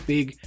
Big